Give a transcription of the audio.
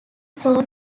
sold